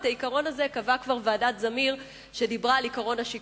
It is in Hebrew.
את העיקרון הזה כבר קבעה ועדת-זמיר כשדיברה על עקרון השיקוף.